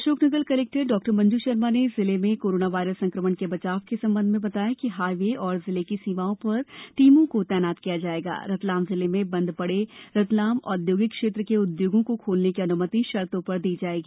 Ashoknagar collector डॉ मंजू शर्मा ने जिले में कोरोना वायरस संक्रमण के बचाव के संबंध में बताया कि हाईवे एवं जिले की सीमाओं पर टीमों को तैनात किया जायेगा रतलाम जिले में बंद पडे रतलाम औद्योगिक क्षेत्र के उद्योगों को खोलने की अन्मति शर्तों पर दी जाएगी